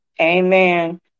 Amen